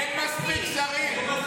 אין מספיק שרים.